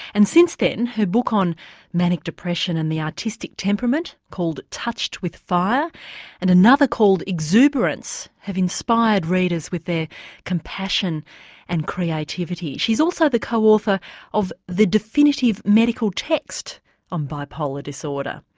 and since then her book on manic depression and the artistic temperament called touched with fire and another called exuberance have inspired readers with their ah compassion and creativity. she's also the co-author of the definitive medical text on bipolar disorder.